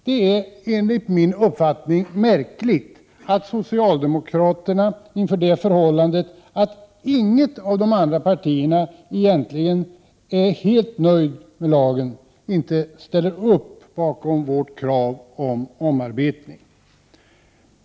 Det är enligt min uppfattning märkligt att socialdemokraterna, mot bakgrund av det förhållandet att inget av de andra partierna egentligen är helt nöjt med lagen, inte ställer upp bakom vårt krav på omarbetning.